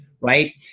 right